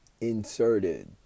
inserted